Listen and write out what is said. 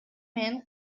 менен